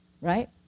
right